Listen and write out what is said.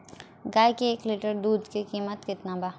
गाय के एक लीटर दुध के कीमत केतना बा?